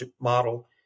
model